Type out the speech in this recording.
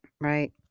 Right